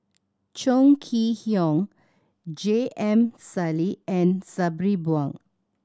Chong Kee Hiong J M Sali and Sabri Buang